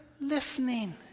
listening